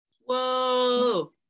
Whoa